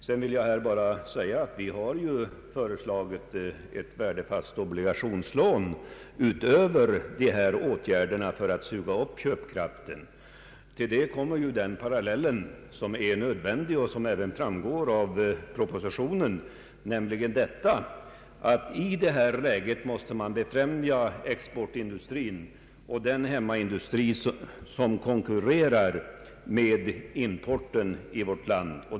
Jag vill tillägga att vi har föreslagit också ett värdefast obligationslån för att suga upp köpkraft. Till detta kommer, vilket även framgår av propositionen, att vi i det här läget måste främja exportindustrin och den hemmamarknadsindustri som konkurrerar med importen.